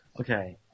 Okay